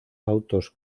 autos